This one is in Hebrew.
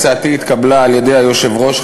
הצעתי התקבלה על-ידי היושב-ראש,